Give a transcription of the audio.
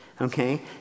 Okay